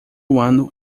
humano